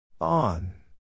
On